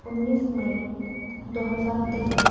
اُنیس مئی دو ہزار تیرہ